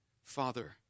Father